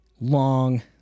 long